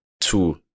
two